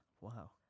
Wow